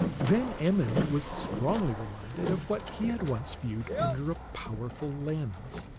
van emmon was strongly reminded of what he had once viewed under a powerful lens.